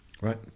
right